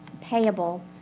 payable